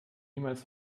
niemals